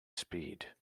speed